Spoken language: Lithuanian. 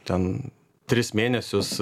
ten tris mėnesius